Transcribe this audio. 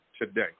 today